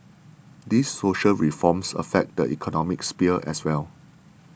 these social reforms affect the economic sphere as well